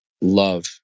love